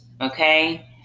Okay